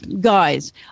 guys